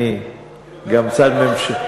אני גם צד ממשלה.